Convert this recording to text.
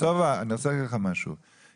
אני רוצה להגיד לך משהו, סובה.